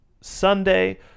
Sunday